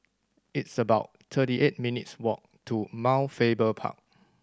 it's about thirty eight minutes' walk to Mount Faber Park